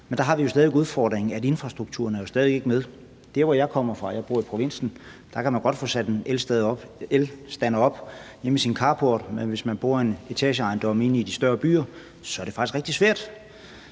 Men der har vi jo stadig væk udfordringen, at infrastrukturen ikke er med. Der, hvor jeg kommer fra – jeg bor i provinsen – kan man godt få sat en elladestander op hjemme i sin carport, men hvis man bor i en etageejendom inde i de større byer, er det faktisk rigtig svært.